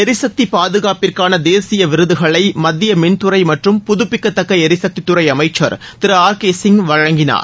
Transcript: எரிசக்தி பாதுகாப்பிற்கான தேசிய விருதுகளை மத்திய மின்துறை மற்றும் புதப்பிக்கத்தக்க எரிசக்தித்துறை அமைச்சர் திரு ஆர் கே சிங் வழங்கினார்